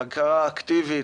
הכרה אקטיבית,